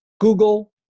Google